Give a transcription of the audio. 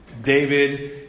David